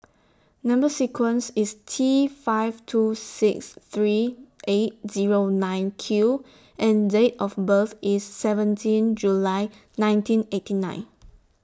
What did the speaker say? Number sequence IS T five two six three eight Zero nine Q and Date of birth IS seventeenth July nineteen eighty nine